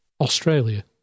Australia